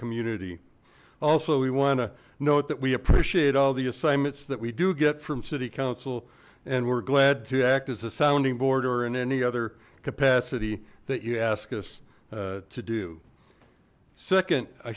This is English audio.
community also we want to note that we appreciate all the assignments that we do get from city council and we're glad to act as a sounding board or and any other capacity that you ask us to do second a